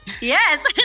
Yes